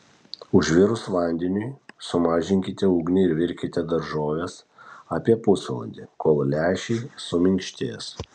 užvirus vandeniui sumažinkite ugnį ir virkite daržoves apie pusvalandį kol lęšiai suminkštės